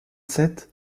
sept